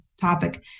topic